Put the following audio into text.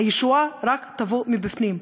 הישועה תבוא רק מבפנים.